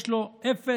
יש לו אפס